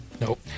Nope